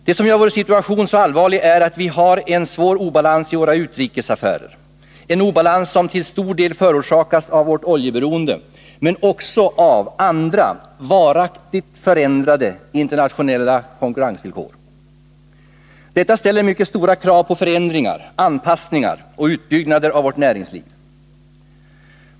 Det som gör vår situation så allvarlig är att vi har en svår obalans i våra utrikesaffärer, en obalans som till stor del förorsakats av vårt oljeberoende men också av andra varaktigt förändrade internationella konkurrensvillkor. Detta ställer mycket stora krav på förändringar, anpassningar och utbyggnader av vårt näringsliv.